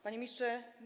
Panie Ministrze!